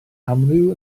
amryw